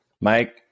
Mike